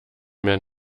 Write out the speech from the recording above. mehr